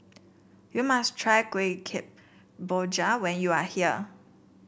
you must try Kueh Kemboja when you are here